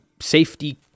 safety